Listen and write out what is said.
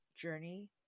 Journey